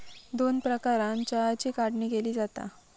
दोन प्रकारानं चहाची काढणी केली जाता